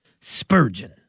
Spurgeon